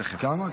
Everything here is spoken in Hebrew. למה?